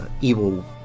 evil